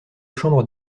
chambre